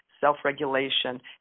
self-regulation